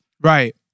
Right